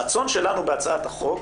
הרצון שלנו בהצעת החוק